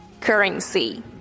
currency